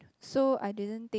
so I didn't think